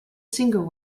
singer